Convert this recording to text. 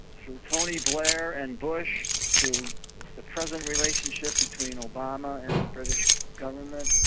through tony blair and bush, through the present relationship between obama and the british government.